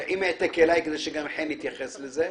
עם העתק אליי כדי שגם חן יתייחס לזה.